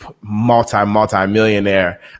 multi-multi-millionaire